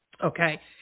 Okay